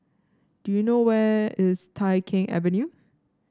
do you know where is Tai Keng Avenue